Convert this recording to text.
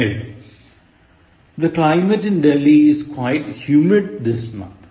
ഏഴ് The climate in Delhi is quite humid this month